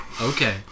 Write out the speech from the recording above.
Okay